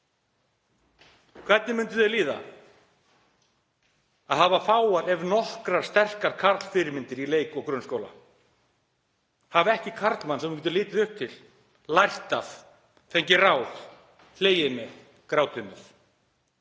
Hvernig myndi þér líða að hafa fáar ef nokkrar sterkar karlfyrirmyndir í leik- og grunnskóla, hafa ekki karlmann sem þú getur litið upp til, lært af, fengið ráð, hlegið með, grátið